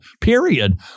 period